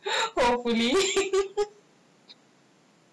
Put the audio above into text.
hopefully